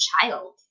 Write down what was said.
child